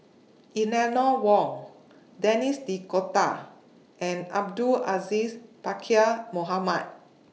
Eleanor Wong Denis D'Cotta and Abdul Aziz Pakkeer Mohamed